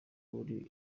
uri